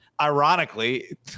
Ironically